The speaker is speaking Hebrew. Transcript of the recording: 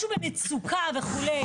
משהו במצוקה וכו'.